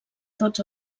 tots